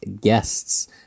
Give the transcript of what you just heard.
guests